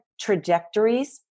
trajectories